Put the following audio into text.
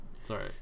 Sorry